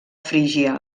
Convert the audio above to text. frígia